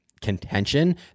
contention